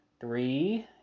three